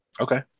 Okay